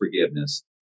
forgiveness